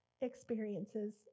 experiences